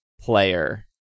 player